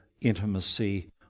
intimacy